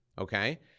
Okay